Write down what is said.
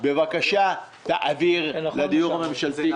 בבקשה תעביר את הבקשה לדיור הממשלתי.